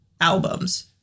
albums